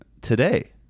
today